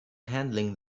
handling